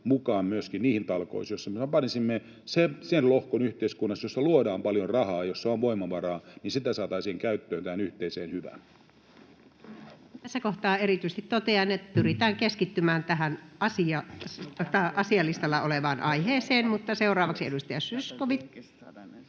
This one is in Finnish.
mukaan myöskin niihin talkoisiin, joissa me yhteiskunnassa sitä lohkoa, jossa luodaan paljon rahaa ja jossa on voimavaraa, saataisiin käyttöön yhteiseen hyvään? Tässä kohtaa erityisesti totean, että pyritään keskittymään tähän asialistalla olevaan aiheeseen. — Seuraavaksi edustaja Zyskowicz.